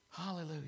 Hallelujah